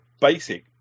basic